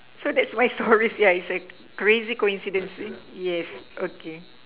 so that's my story it's like crazy coincidence okay